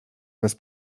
bez